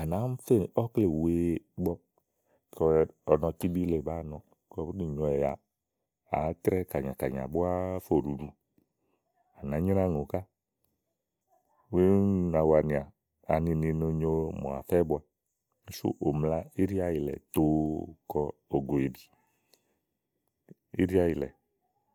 à nàáa mi fè ɔ̀kle wèeè ígbɔ ɔnɔ tíbí le bàáa nɔ kɔ bú nì nyòowɛ̀ ya, àá trɛ́ɛ̀ kànyàkànyà búá fò ɖuɖu, à nàá nyraàùŋò ká. úni úni nà wanìà anini nà nyó mò àfɛ bua. súù ùmla íɖìàyì lɛ̀ tòo kɔ ògòèbi íɖìàyìlɛ̀